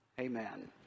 Amen